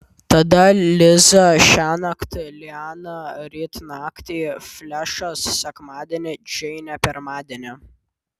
tada liza šiąnakt liana ryt naktį flešas sekmadienį džeinė pirmadienį